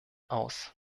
aus